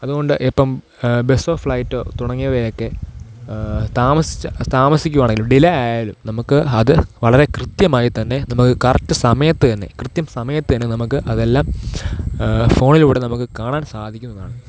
അതുകൊണ്ട് ഇപ്പോള് ബസോ ഫ്ലൈറ്റോ തുടങ്ങിയവയൊക്കെ താമസിച്ച് താമസിക്കുകയാണെങ്കിലും ഡിലേ ആയാലും നമുക്ക് അത് വളരെ കൃത്യമായി തന്നെ നമുക്ക് കറക്റ്റ് സമയത്ത് തന്നെ കൃത്യം സമയത്ത് തന്നെ നമുക്ക് അതെല്ലാം ഫോണിലൂടെ നമുക്ക് കാണാൻ സാധിക്കുന്നതാണ്